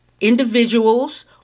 individuals